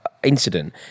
incident